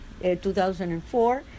2004